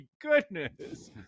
goodness